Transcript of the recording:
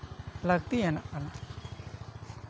ᱞᱟᱹᱠᱛᱤᱭᱟᱱᱟᱜ ᱠᱟᱱᱟ